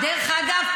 דרך אגב,